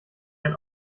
ein